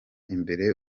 imbere